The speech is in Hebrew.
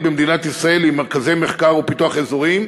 במדינת ישראל הוא מרכזי מחקר ופיתוח אזוריים,